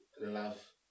love